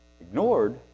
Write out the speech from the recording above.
ignored